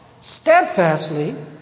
steadfastly